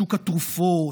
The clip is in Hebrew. שוק התרופות,